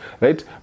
right